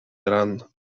dran